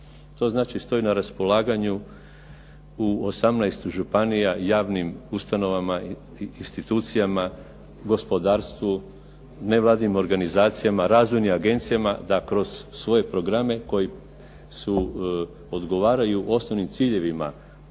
To znači stoji na raspolaganju u 18 županija javnim ustanovama i institucijama, gospodarstvu, nevladinim organizacijama, razvojnim agencijama da kroz svoje programe koji odgovaraju osnovnim ciljevima